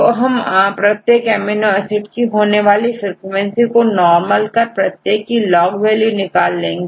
तो हम प्रत्येक अमीनो एसिड की होने की फ्रीक्वेंसी को नार्मल कर प्रत्येक की लॉग वैल्यू निकाल लेंगे